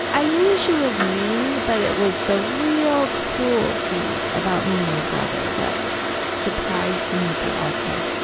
i knew she was mean but it was the real cruelty about me and my brother that surprised me but also